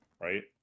right